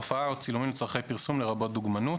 הופעה או צילומים לצרכי פרסום לרבות דוגמנות,